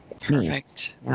Perfect